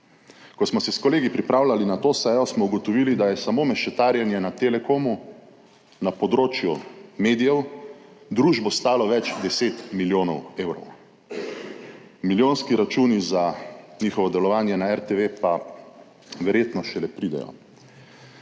Ko smo se s kolegi pripravljali na to sejo, smo ugotovili, da je samo mešetarjenje na Telekomu na področju medijev družbo stalo več 10 milijonov evrov. Milijonski računi za njihovo delovanje na RTV pa verjetno še ne pridejo.